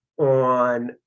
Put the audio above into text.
on